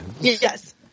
Yes